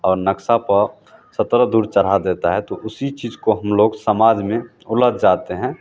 और नक्शे पर सत्रह दूर चढ़ा देता है तो उसी चीज़ को हम लोग समाज में उलझ जाते हैं